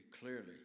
clearly